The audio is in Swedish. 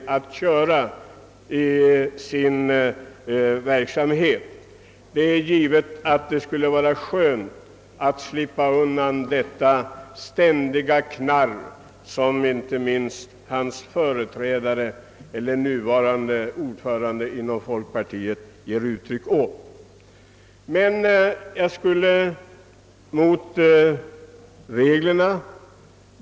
Det skulle naturligtvis vara skönt att slippa undan det ständiga knarr som inte minst den nuvarande ordföranden för folkpartiet ger uttryck åt.